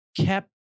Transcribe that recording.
kept